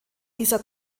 dieser